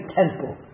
temple